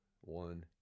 one